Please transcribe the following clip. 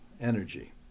energy